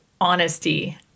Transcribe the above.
honesty